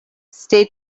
stay